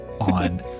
on